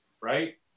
right